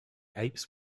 apse